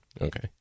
Okay